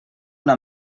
una